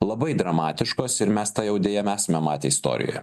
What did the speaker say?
labai dramatiškos ir mes tą jau deja mesame istorijoje